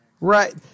Right